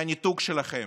מהניתוק שלכם,